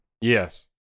Yes